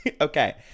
okay